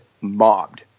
mobbed